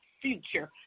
future